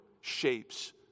shapes